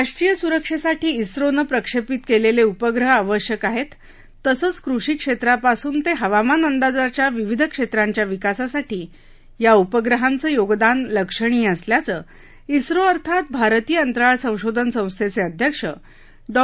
राष्ट्रीय सुरक्षेसाठी झोनं प्रक्षेपित केलेले उपग्रह आवश्यक आहेत तसंचं कृषी क्षेत्रापासून ते हवामान अंदाजाच्या विविध क्षेत्रांच्या विकासासाठी या उपग्रहाचं योगदान लक्षणीय असल्याचं स्रो अर्थात भारतीय अंतराळ संशोधन संस्थेचे अध्यक्ष डॉ